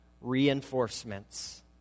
reinforcements